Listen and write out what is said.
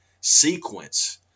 sequence